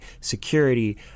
security